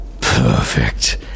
perfect